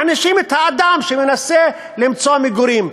מענישים את האדם שמנסה למצוא מגורים.